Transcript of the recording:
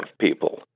people